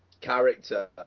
character